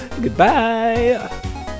goodbye